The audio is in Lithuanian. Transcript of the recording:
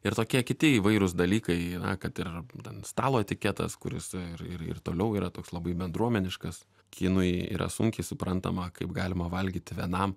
ir tokie kiti įvairūs dalykai na kad ir ten stalo etiketas kuris ir ir ir toliau yra toks labai bendruomeniškas kinui yra sunkiai suprantama kaip galima valgyti vienam